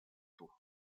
tour